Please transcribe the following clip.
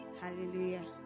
Hallelujah